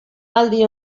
aldi